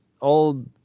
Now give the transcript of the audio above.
old